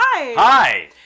Hi